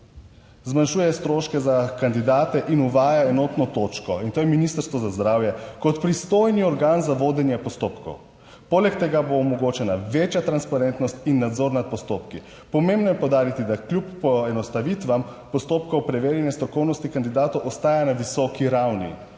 zmanjšuje stroške za kandidate in uvaja enotno točko. In to je Ministrstvo za zdravje kot pristojni organ za vodenje postopkov. Poleg tega bo omogočena večja transparentnost in nadzor nad postopki. Pomembno je poudariti, da kljub poenostavitvam postopkov preverjanja strokovnosti kandidatov ostaja na visoki ravni.